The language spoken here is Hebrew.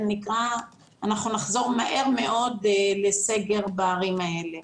ואנחנו נחזור מהר מאוד לסגר בערים האלה,